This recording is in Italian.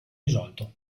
risolto